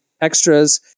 extras